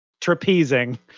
trapezing